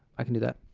i can do that